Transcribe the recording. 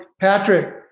Patrick